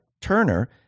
Turner